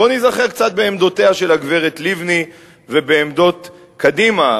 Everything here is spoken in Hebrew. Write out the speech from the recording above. בוא ניזכר קצת בעמדותיה של הגברת לבני ובעמדות קדימה.